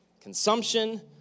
consumption